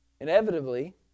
Inevitably